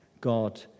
God